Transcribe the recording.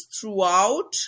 throughout